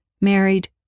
married